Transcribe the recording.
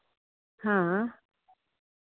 हां